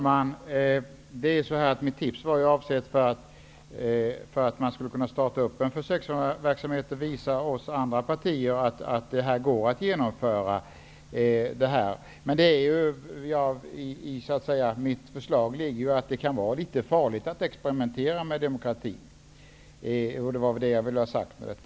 Herr talman! Avsikten med mitt tips var att man skulle kunna starta en försöksverksamhet för att visa andra partier att detta går att genomföra. I mitt förslag kan finnas en risk för att det kan vara litet farligt att experimentera med demokratin. Det var vad jag ville ha sagt med detta.